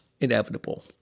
Inevitable